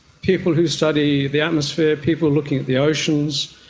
people who study the atmosphere, people looking at the oceans,